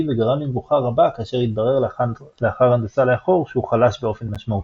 וגרם למבוכה רבה כאשר התברר לאחר הנדסה לאחור שהוא חלש באופן משמעותי.